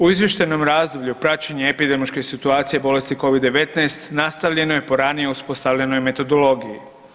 U izvještajnom razdoblju praćenje epidemiološke situacija bolesti Covid-19 nastavljeno je po ranije uspostavljenoj metodologiji.